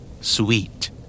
Sweet